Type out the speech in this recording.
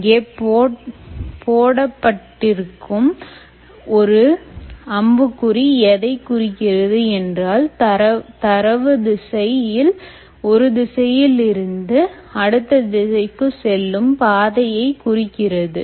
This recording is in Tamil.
இங்கே போடப்பட்டிருக்கும் ஒரு அம்புக்குறி எதை குறிக்கிறது என்றால் தரவு ஒரு திசையில் இருந்து அடுத்த திசைக்கு செல்லும் பாதையை குறிக்கிறது